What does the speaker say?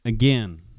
Again